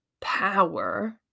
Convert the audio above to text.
power